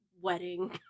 wedding